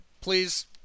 Please